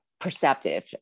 perceptive